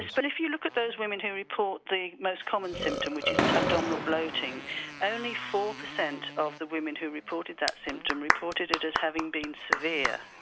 but if you look at those women who report the most common symptom which is abdominal bloating only four percent of the women who reported that symptom reported it as having been severe.